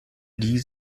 die